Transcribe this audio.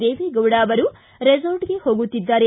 ದೇವೇಗೌಡ ಅವರು ರೇಸಾರ್ಟ್ಗೆ ಹೋಗುತ್ತಿದ್ದಾರೆ